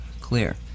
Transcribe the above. clear